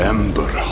Ember